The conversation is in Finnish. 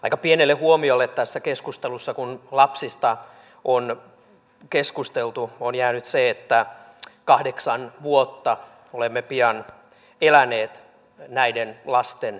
aika pienelle huomiolle tässä keskustelussa kun lapsista on keskusteltu on jäänyt se että kahdeksan vuotta olemme pian eläneet näiden lasten velaksi